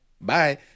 bye